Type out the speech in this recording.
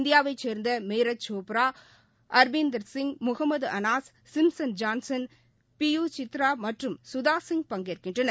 இந்தியாவிவைச் சேர்ந்நத் Neeraj Chopra Arpinder Singh Muhammad Anas Jinson Johnson P U சித்ராமற்றும் குதாசிங் பங்கேற்கின்றனர்